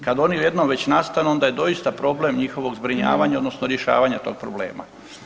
Kada oni jednom već nastanu onda je doista problem njihovog zbrinjavanja odnosno rješavanja tog problema.